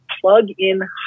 plug-in